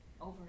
Over